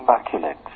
immaculate